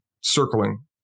circling